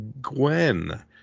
Gwen